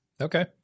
Okay